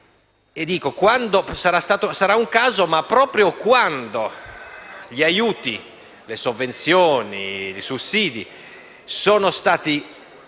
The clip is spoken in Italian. Sarà un caso ma, proprio quando gli aiuti, le sovvenzioni e i sussidi sono stati